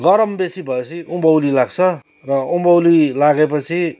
गरम बेसी भएपछि उँभौली लाग्छ र उँभौली लागेपछि